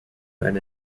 and